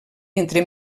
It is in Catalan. entre